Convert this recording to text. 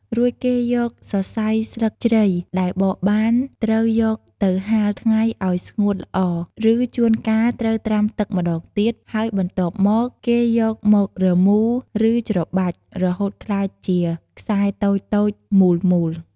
រួចគេយកសរសៃស្លឹកជ្រៃដែលបកបាន ត្រូវយកទៅហាលថ្ងៃឲ្យស្ងួតល្អ ឬជួនកាលត្រូវត្រាំទឹកម្ដងទៀត ហើយបន្ទាប់មក គេយកមក រមូរ ឬច្របាច់ រហូតក្លាយជាខ្សែតូចៗមូលៗ។